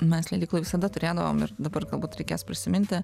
mes leidykloj visada turėdavom ir dabar galbūt reikės prisiminti